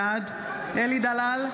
בעד אלי דלל,